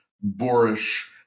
boorish